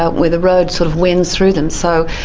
ah where the road, sort of, wends through them. so,